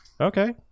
Okay